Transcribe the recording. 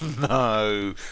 no